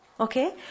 Okay